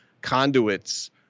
conduits